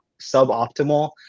suboptimal